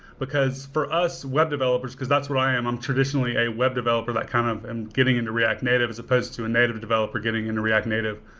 for us web developers, because that's what i am, i'm traditionally a web developer that kind of i'm getting into react native as supposed to a native developer getting into react native,